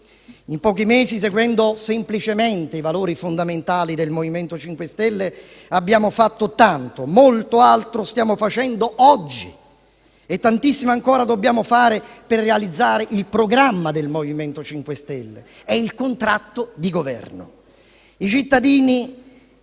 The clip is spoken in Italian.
In pochi mesi, seguendo semplicemente i valori fondamentali del MoVimento 5 Stelle, abbiamo fatto tanto. Molto altro stiamo facendo oggi e tantissimo ancora dobbiamo fare per realizzare il programma del MoVimento 5 Stelle e il contratto di Governo. I cittadini,